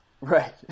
Right